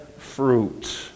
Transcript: fruit